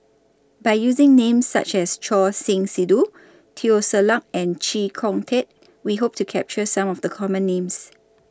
By using Names such as Choor Singh Sidhu Teo Ser Luck and Chee Kong Tet We Hope to capture Some of The Common Names